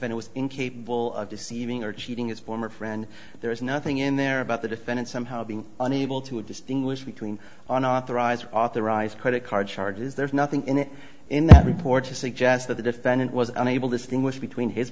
was incapable of deceiving or cheating his former friend there is nothing in there about the defendant somehow being unable to distinguish between an authorized authorized credit card charges there's nothing in it in that report to suggest that the defendant was unable to distinguish between his